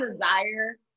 desire